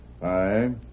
five